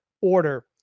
order